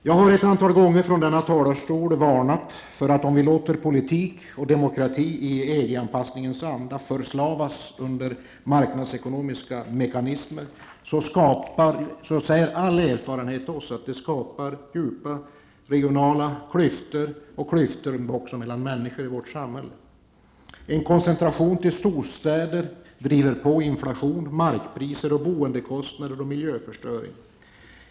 Jag har ett antal gånger från denna talarstol varnat för att om vi låter politik och demokrati i EG anpassningens anda förslavas under marknadsekonomiska mekanismer, säger all erfarenhet att det skapar djupa regionala klyftor och klyftor mellan människor i vårt samhälle. En koncentration till storstäder driver på inflation, markpriser, boendekostnader och miljöförstöring.